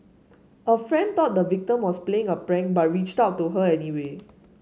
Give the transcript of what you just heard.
a friend dot the victim was playing a prank by reached out to her anyway